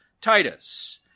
Titus